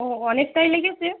ও অনেকটাই লেগেছে